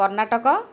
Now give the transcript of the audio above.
Karnataka